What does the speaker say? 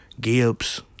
Gibbs